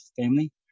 family